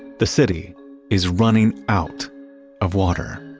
the city is running out of water